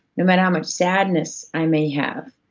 no matter how much sadness i may have,